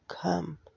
come